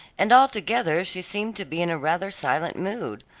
and altogether she seemed to be in a rather silent mood,